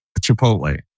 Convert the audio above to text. Chipotle